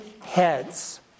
heads